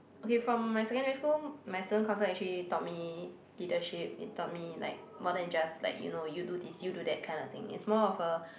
okay from my secondary school my student council actually taught me leadership they taught me like more than just like you know you do this you do that kind of thing it's more of a